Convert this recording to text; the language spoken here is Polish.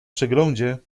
przeglądzie